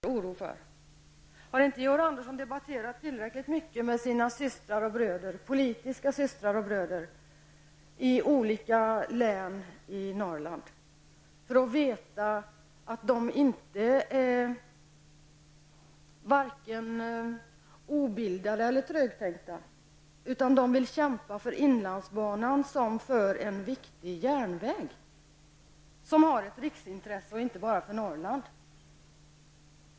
Herr talman! Georg Andersson sade i sitt förra inlägg att han lever så nära problemen och att han tycker att beslutet om inlandsbanan är mycket smärtsamt. Han känner ändå respekt för dem som känner oro inför förändringar. Är det förändringar vilka som helst som människor känner oro inför? Har inte Georg Andersson debatterat tillräckligt mycket med sina politiska systrar och bröder i olika län i Norrland för att veta att de inte är vare sig obildade eller trögtänkta, utan att de vill kämpa för inlandsbanan såsom en viktig järnväg som är av intresse för hela riket och inte bara för Norrland?